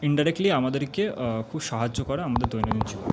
indirectly আমাদেরকে খুব সাহায্য করে আমাদের দৈনন্দিন জীবনে